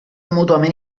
mútuament